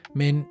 men